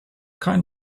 kind